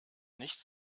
nicht